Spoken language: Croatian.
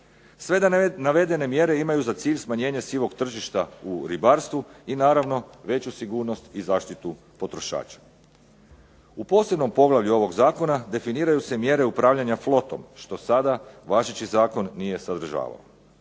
Sve navedene mjere imaju za cilj smanjenje sivog tržišta u ribarstvu i naravno veću sigurnost i zaštitu potrošača. U posebnom poglavlju ovog zakona definiraju se mjere upravljanja flotom što sada važeći zakon nije sadržavao.